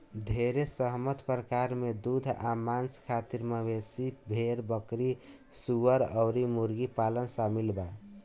ढेरे सहमत प्रकार में दूध आ मांस खातिर मवेशी, भेड़, बकरी, सूअर अउर मुर्गी पालन शामिल बा